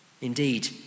Indeed